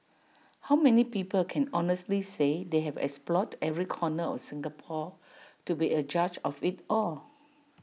how many people can honestly say they have explored every corner of Singapore to be A judge of IT all